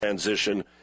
Transition